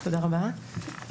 תודה רבה,